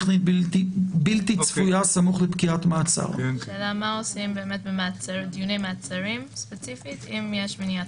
8. השאלה מה עושים בדיוני מעצרי ספציפית אם יש מניעה